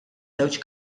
żewġ